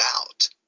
out